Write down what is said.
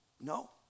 No